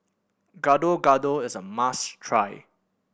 Gado Gado is a must try